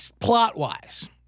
plot-wise